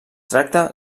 tracta